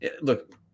look